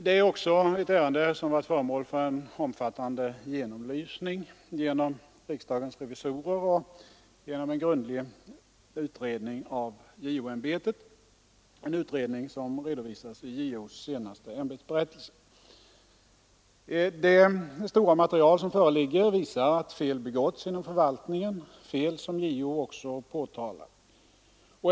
Det är också ett ärende som varit föremål för en omfattande genomlysning av riksdagens revisorer och genom en grundlig utredning av JO-ämbetet, en utredning som redovisas i JO:s senaste ämbetsberättelse. Det stora material som föreligger visar att fel begåtts inom förvaltningen, fel som också JO påtalat.